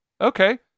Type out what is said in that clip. okay